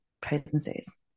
presences